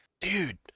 dude